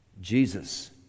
Jesus